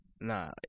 Nah